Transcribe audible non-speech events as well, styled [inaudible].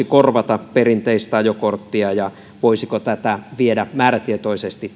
[unintelligible] korvata perinteistä ajokorttia ja voisiko tätä viedä määrätietoisesti [unintelligible]